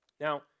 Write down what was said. Now